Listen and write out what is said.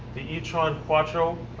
the e-tron quattro,